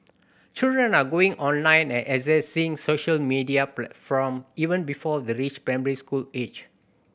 children are going online and accessing social media platform even before they reach primary school age